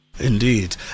Indeed